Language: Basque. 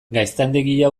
gaztandegia